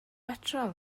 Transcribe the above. betrol